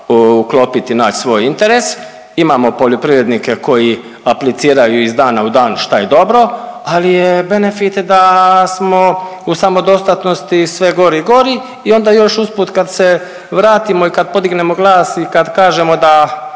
uklopiti i nać svoj interes, imamo poljoprivrednike koji apliciraju iz dana u dan šta je dobro, ali je benefit da smo u samodostatnosti sve gori i gori i onda još usput kad se vratimo i kad podignemo glas i kad kažemo da